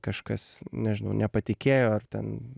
kažkas nežinau nepatikėjo ar ten